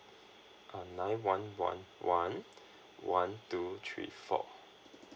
um nine one one one one two three four